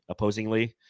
opposingly